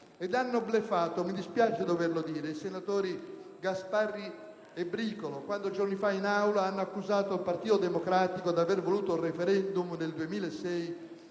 Ed hanno bluffato, mi dispiace doverlo dire, i senatori Gasparri e Bricolo, quando, giorni fa, hanno accusato in Aula il Partito Democratico di aver voluto il *referendum* del 2006